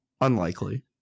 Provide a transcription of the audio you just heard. Unlikely